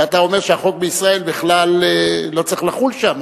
ואתה אומר שהחוק בישראל בכלל לא צריך לחול שם,